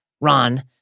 Ron